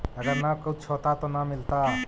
अगर न कुछ होता तो न मिलता?